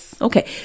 okay